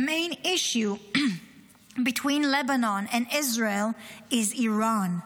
The main issue between Lebanon and Israel is Iran,